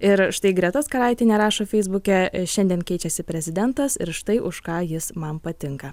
ir štai greta skaraitienė rašo feisbuke šiandien keičiasi prezidentas ir štai už ką jis man patinka